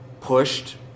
pushed